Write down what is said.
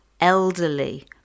elderly